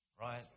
right